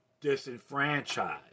disenfranchised